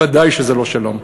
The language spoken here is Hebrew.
ודאי שזה לא שלום.